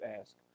ask